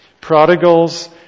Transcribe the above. Prodigals